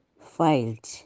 filed